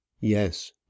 Yes